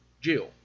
Jill